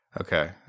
Okay